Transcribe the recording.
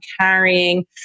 carrying